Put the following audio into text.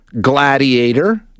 Gladiator